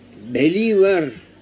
believer